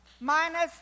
Minus